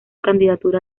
candidatura